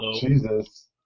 Jesus